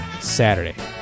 Saturday